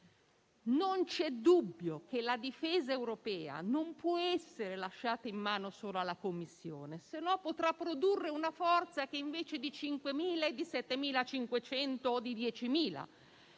non c'è dubbio che la difesa europea non può essere lasciata in mano solo alla Commissione, altrimenti potrà produrre una forza che, invece, di 5.000 è di 7.500 o di 10.000.